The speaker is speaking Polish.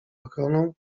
ochroną